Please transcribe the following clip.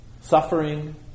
Suffering